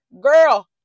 girl